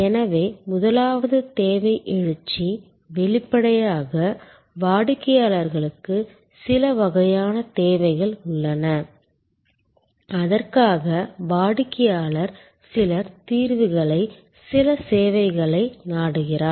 எனவே முதலாவது தேவை எழுச்சி வெளிப்படையாக வாடிக்கையாளருக்கு சில வகையான தேவைகள் உள்ளன அதற்காக வாடிக்கையாளர் சில தீர்வுகளை சில சேவைகளை நாடுகிறார்